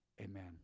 Amen